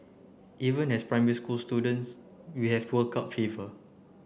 even as primary school students we have World Cup fever